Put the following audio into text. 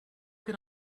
can